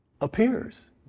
appears